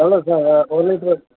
எவ்வளோ சார் ஒரு லிட்ரு